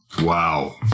Wow